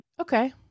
okay